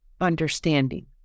understanding